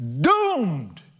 doomed